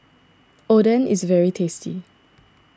Oden is very tasty